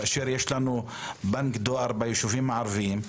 כאשר יש לנו בנק דואר ביישובים הערביים,